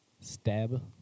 stab